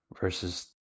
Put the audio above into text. versus